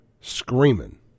screaming